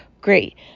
Great